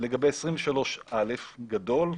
הוא קובע.